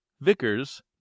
Vickers